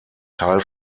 teil